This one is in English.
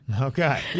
Okay